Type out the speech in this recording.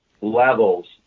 levels